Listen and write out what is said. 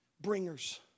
bringers